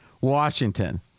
Washington